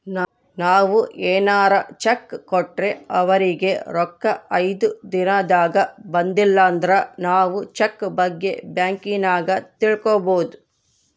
ನಾವು ಏನಾರ ಚೆಕ್ ಕೊಟ್ರೆ ಅವರಿಗೆ ರೊಕ್ಕ ಐದು ದಿನದಾಗ ಬಂದಿಲಂದ್ರ ನಾವು ಚೆಕ್ ಬಗ್ಗೆ ಬ್ಯಾಂಕಿನಾಗ ತಿಳಿದುಕೊಬೊದು